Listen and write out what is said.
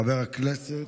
חבר הכנסת